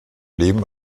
leben